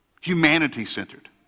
humanity-centered